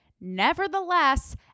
Nevertheless